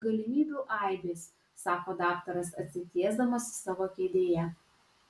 galimybių aibės sako daktaras atsitiesdamas savo kėdėje